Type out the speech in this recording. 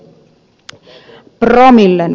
promillen verran